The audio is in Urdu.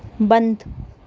بند